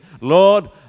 Lord